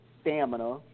stamina